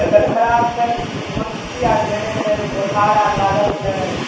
तबिअत खराब छै मस्ती आर धयने छै बोखार आर लागल छै